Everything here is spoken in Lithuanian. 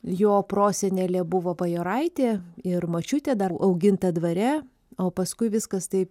jo prosenelė buvo bajoraitė ir močiutė dar auginta dvare o paskui viskas taip